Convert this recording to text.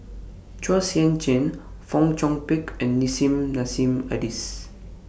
Chua Sian Chin Fong Chong Pik and Nissim Nassim Adis